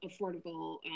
affordable